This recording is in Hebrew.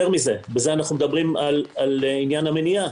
אנחנו מדברים פה על עניין המניעה,